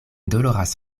doloras